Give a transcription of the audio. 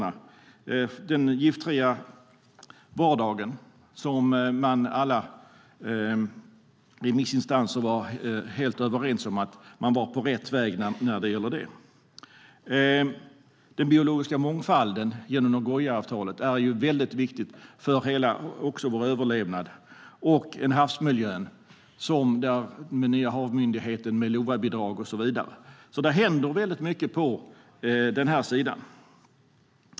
När det gäller den giftfria vardagen var alla remissinstanser helt överens om att man var på rätt väg med detta. Den biologiska mångfalden, genom Nagoyaavtalet, är också väldigt viktig för hela vår överlevnad. Detsamma gäller havsmiljön, där vi har den nya Havs och vattenmyndigheten med LOVA-bidrag och så vidare. Det händer alltså väldigt mycket på den sidan.